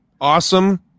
Awesome